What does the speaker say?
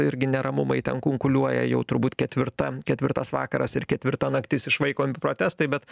irgi neramumai ten kunkuliuoja jau turbūt ketvirta ketvirtas vakaras ir ketvirta naktis išvaikomi protestai bet